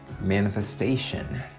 manifestation